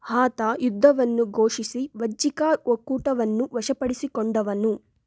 ಆತ ಯುದ್ಧವನ್ನು ಘೋಷಿಸಿ ವಜ್ಜಿಕ ಒಕ್ಕೂಟವನ್ನು ವಶಪಡಿಸಿಕೊಂಡವನು